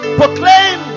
Proclaim